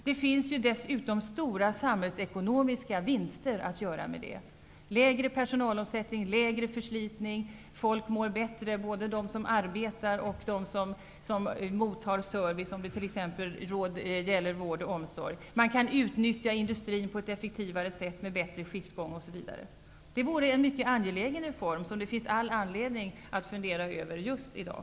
Det finns dessutom stora samhällsekonomiska vinster att göra: lägre personalomsättning, lägre förslitning, människor mår bättre, både de som arbetar och de som mottar service som vård och omsorg. Man kan utnyttja industrin på ett effektivare sätt med bättre skiftgång osv. Det vore en mycket angelägen reform, som det finns all anledning att fundera över just i dag.